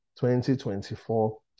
2024